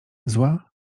zła